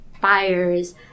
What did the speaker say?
fires